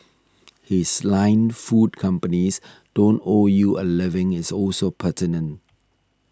his line food companies don't owe you a living is also pertinent